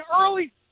early